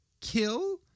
kill